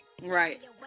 right